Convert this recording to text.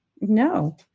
no